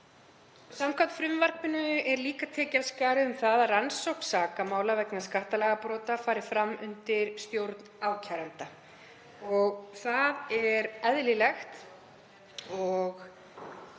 Samkvæmt frumvarpinu er líka tekið af skarið um að rannsókn sakamála vegna skattalagabrota fari fram undir stjórn ákæranda. Það er eðlilegt að fela